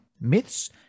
myths